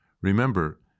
Remember